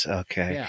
okay